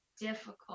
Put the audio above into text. difficult